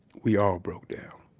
we all broke down.